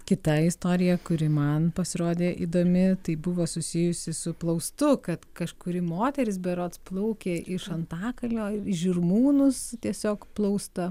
kita istorija kuri man pasirodė įdomi tai buvo susijusi su plaustu kad kažkuri moteris berods plaukė iš antakalnio į žirmūnus tiesiog plaustą